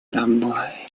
тобой